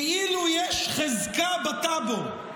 כאילו יש חזקה בטאבו.